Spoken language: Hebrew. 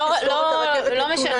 לא משנה,